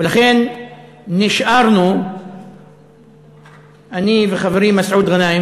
ולכן נשארנו אני וחברי מסעוד גנאים